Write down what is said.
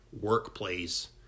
workplace